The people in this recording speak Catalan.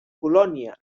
polònia